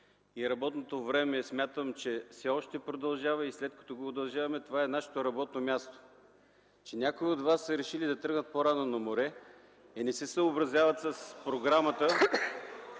работното време все още продължава и след като го удължаваме, това е нашето работно място. Че някои от вас са решили да тръгнат по-рано на море и не се съобразяват с програмата…